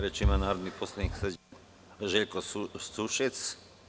Reč ima narodni poslanik Željko Sušec.